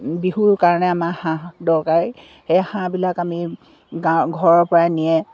বিহুৰ কাৰণে আমাৰ হাঁহ দৰকাৰী সেই হাঁহবিলাক আমি গাঁৱৰ ঘৰৰ পৰাই নিয়ে